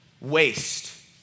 waste